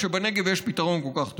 כשבנגב יש פתרון כל כך טוב?